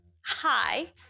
Hi